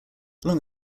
along